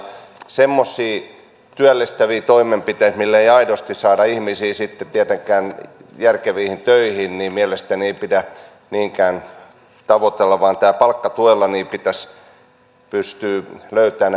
semmoisia työllistäviä toimenpiteitä millä ei aidosti saada ihmisiä sitten tietenkään järkeviin töihin mielestäni ei pidä niinkään tavoitella vaan tällä palkkatuella pitäisi pystyä löytämään ne paikat